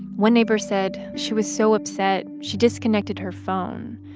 one neighbor said she was so upset. she disconnected her phone.